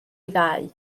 ddau